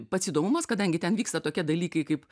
pats įdomumas kadangi ten vyksta tokie dalykai kaip